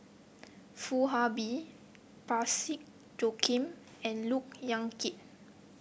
Foo Ah Bee Parsick Joaquim and Look Yan Kit